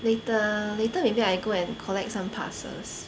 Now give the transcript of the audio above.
later later maybe I go and collect some parcels